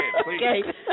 Okay